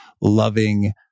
loving